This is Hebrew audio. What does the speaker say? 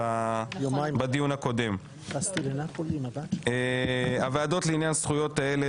בדיון הקודם: הוועדות לעניין זכויות הילד,